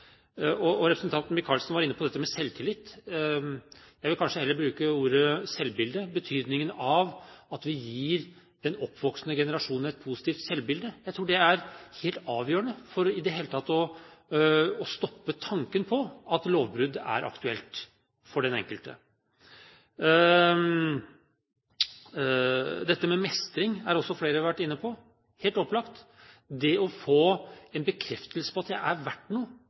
at vi gir den oppvoksende generasjon et positivt selvbilde. Jeg tror det er helt avgjørende for i det hele tatt å stoppe tanken hos den enkelte på at lovbrudd er aktuelt. Dette med mestring har også flere vært inne på – helt opplagt viktig – det å få en bekreftelse på at jeg er verdt noe,